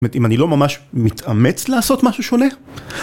זאת אומרת, אם אני לא ממש מתאמץ לעשות משהו שונה...